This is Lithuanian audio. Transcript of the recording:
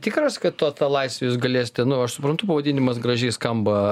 tikras kad to ta laisve jūs galėsite nu aš suprantu pavadinimas gražiai skamba